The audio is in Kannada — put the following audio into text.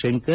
ಶಂಕರ್